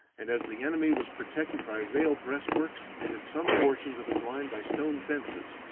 and as the enemy was protected by rail breastworks and at some portions of his line by stone fences,